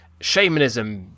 shamanism